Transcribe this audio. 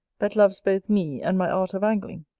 that loves both me and my art of angling.